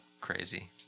crazy